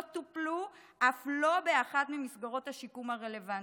טופלו אף לא באחת ממסגרות השיקום הרלוונטיות.